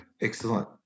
excellent